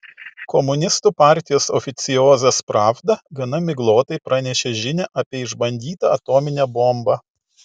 komunistų partijos oficiozas pravda gana miglotai pranešė žinią apie išbandytą atominę bombą